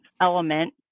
element